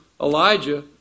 Elijah